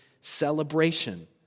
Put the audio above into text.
celebration